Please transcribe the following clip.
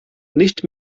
nicht